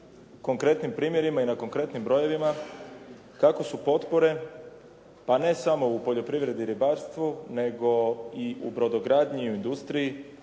konkretnim primjerima i na konkretnim brojevima kako su potpore, a ne samo u poljoprivredi i ribarstvu, nego i u brodogradnji i u industriji